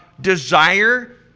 desire